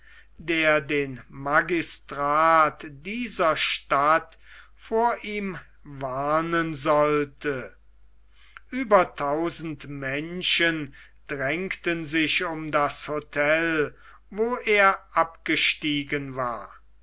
der den magistrat dieser stadt vor ihm warnen sollte über tausend menschen drängten sich um das hotel wo er abgestiegen war